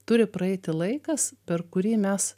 turi praeiti laikas per kurį mes